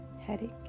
headache